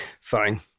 Fine